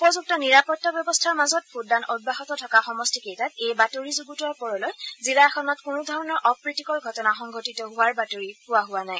উপযুক্ত নিৰাপত্তা ব্যৱস্থাৰ মাজত ভোটদান অব্যাহত থকা সমষ্টিকেইটাত এই বাতৰি যুগুতোৱাৰ পৰলৈ জিলাখনত কোনোধৰণৰ অপ্ৰীতিকৰ ঘটনা সংঘটিত হোৱাৰ বাতৰি পোৱা হোৱা নাই